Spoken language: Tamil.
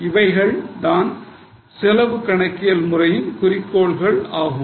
இவைகள் தான் செலவு கணக்கியல் முறையின் குறிக்கோள்கள் ஆகும்